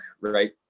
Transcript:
right